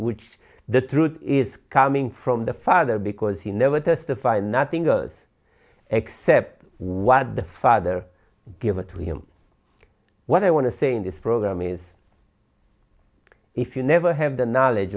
which the truth is coming from the father because he never testified nothing on earth except what the father gave it to him what i want to say in this program is if you never have the knowledge